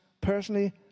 personally